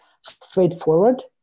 straightforward